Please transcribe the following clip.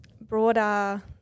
broader